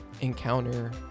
encounter